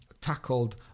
tackled